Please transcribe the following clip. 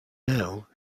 now